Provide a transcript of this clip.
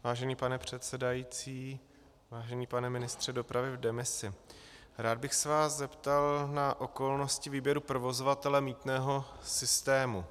Vážený pane předsedající, vážený pane ministře dopravy v demisi, rád bych se vás zeptal na okolnosti výběru provozovatele mýtného systému.